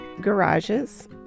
garages